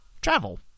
travel